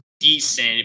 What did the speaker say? Decent